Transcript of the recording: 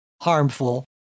harmful